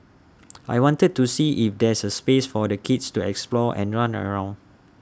I wanted to see if there's space for the kids to explore and run around